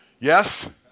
yes